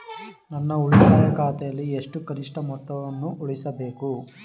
ನನ್ನ ಉಳಿತಾಯ ಖಾತೆಯಲ್ಲಿ ಎಷ್ಟು ಕನಿಷ್ಠ ಮೊತ್ತವನ್ನು ಉಳಿಸಬೇಕು?